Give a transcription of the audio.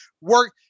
work